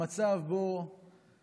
המצב שבו